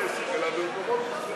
זה לא לכל עסק אלא למקומות מסוימים.